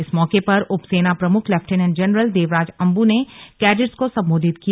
इस मौके पर उप सेना प्रमुख लेफ्टिनेंट जनरल देवराज अन्बू ने कैडेट्स को संबोधित किया